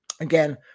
Again